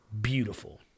beautiful